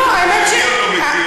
אני עוד לא מכיר.